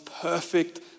perfect